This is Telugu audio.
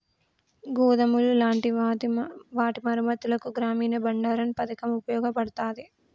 గోదాములు లాంటి వాటి మరమ్మత్తులకు గ్రామీన బండారన్ పతకం ఉపయోగపడతాది